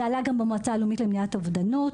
זה עלה גם במועצה הלאומית למניעת אובדנות.